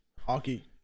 Hockey